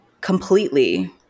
completely